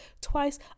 twice